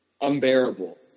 unbearable